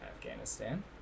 afghanistan